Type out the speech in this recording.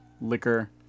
liquor